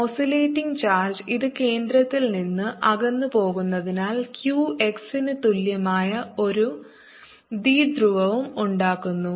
oscillating charge ഇത് കേന്ദ്രത്തിൽ നിന്ന് അകന്നുപോകുന്നതിനാൽ q x ന് തുല്യമായ ഒരു ദ്വിധ്രുവവും ഉണ്ടാക്കുന്നു